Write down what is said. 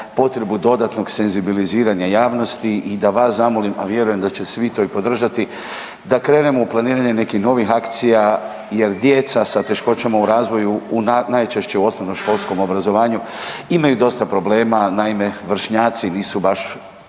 potrebu dodatnog senzibiliziranja javnosti i da vas zamolim, a vjerujem da će svi to i podržati da krenemo u planiranje nekih novih akcija jer djeca sa teškoćama u razvoju najčešće u osnovnoškolskom obrazovanju imaju dosta problema, naime vršnjaci nisu baš